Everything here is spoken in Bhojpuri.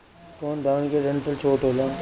कौन धान के डंठल छोटा होला?